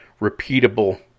repeatable